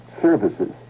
services